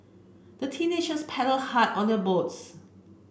the teenagers paddled hard on their boats